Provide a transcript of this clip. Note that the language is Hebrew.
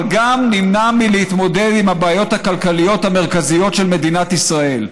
אבל גם נמנע מלהתמודד עם הבעיות הכלכליות המרכזיות של מדינת ישראל.